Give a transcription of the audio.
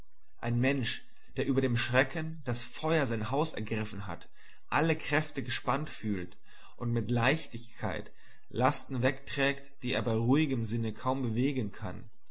ein mensch der über dem schrecken daß feuer sein haus ergriffen hat alle kräfte gespannt fühlt und mit leichtigkeit lasten wegträgt die er bei ruhigem sinne kaum bewegen kann